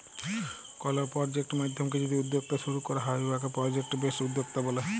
call project মাইধ্যমে যদি উদ্যক্তা শুরু ক্যরা হ্যয় উয়াকে পরজেক্ট বেসড উদ্যক্তা ব্যলে